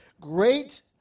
great